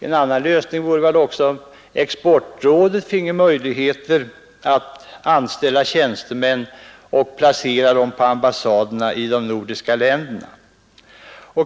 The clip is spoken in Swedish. En annan lösning vore väl också att exportrådet finge möjligheter att anställa tjänstemän och placera dem på ambassaderna i de nordiska länderna.